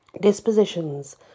dispositions